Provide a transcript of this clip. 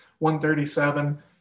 137